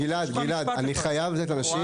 גלעד, גלעד, אני חייב לתת לאנשים